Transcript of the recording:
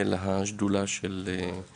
של השדולה של ה ---,